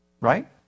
Right